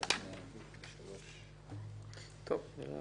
הפלילי נטילת